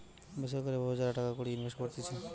বেসরকারি ভাবে যারা টাকা কড়ি ইনভেস্ট করতিছে